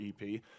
EP